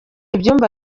ibyumba